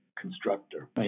Constructor